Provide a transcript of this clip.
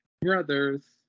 Brothers